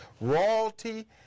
Royalty